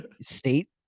state